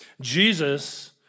Jesus